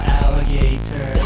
alligator